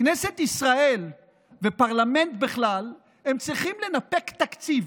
כנסת ישראל ופרלמנט בכלל צריכים לנפק תקציב.